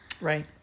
Right